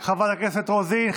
חברת הכנסת רוזין,